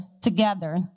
together